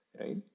right